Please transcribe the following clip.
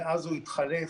מאז הוא התחלף,